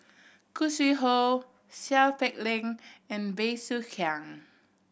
Khoo Sui Hoe Seow Peck Leng and Bey Soo Khiang